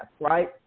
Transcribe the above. right